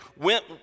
went